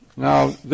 Now